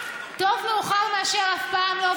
טוב מאוחר מאשר אף פעם לא,